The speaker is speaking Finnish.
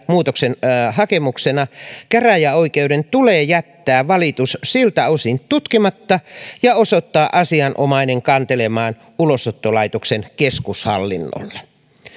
muutoksenhakemuksena käräjäoikeuden tulee jättää valitus siltä osin tutkimatta ja osoittaa asianomainen kantelemaan ulosottolaitoksen keskushallinnolle